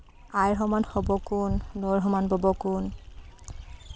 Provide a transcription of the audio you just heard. আইৰ সমান হ'ব কোন নৈৰ সমান ব'ব কোন